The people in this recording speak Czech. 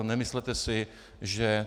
Nemyslete si, že...